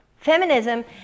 feminism